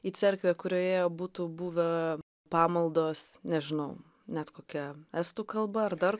į cerkvę kurioje būtų buvę pamaldos nežinau net kokia estų kalba ar dar